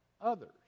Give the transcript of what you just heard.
others